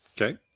Okay